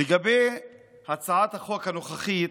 לגבי הצעת החוק הנוכחית,